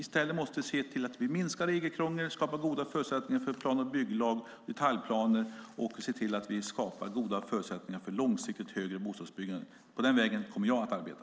I stället måste vi se till att minska regelkrångel, skapa goda förutsättningar för plan och bygglag, för detaljplaner och för långsiktigt högre bostadsbyggande. På den vägen kommer jag att arbeta.